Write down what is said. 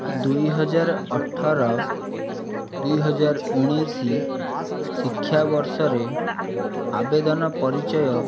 ଦୁଇହଜାର ଅଠର ଦୁଇହଜାର ଉଣେଇଶ ଶିକ୍ଷା ବର୍ଷରେ ଆବେଦନ ପରିଚୟ